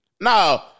No